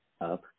up